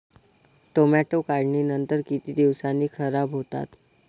Tomato काढणीनंतर किती दिवसांनी खराब होतात?